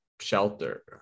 shelter